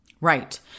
Right